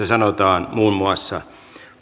sanotaan muun muassa